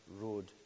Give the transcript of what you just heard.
road